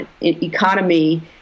economy